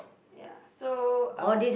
ya so um